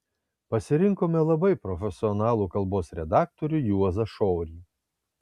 pasirinkome labai profesionalų kalbos redaktorių juozą šorį